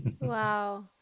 Wow